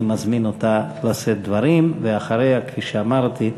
אני מזמין אותה לשאת דברים, ואחריה, כפי שאמרתי,